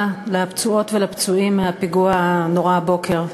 לפצועות ולפצועים מהפיגוע הנורא הבוקר,